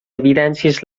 evidències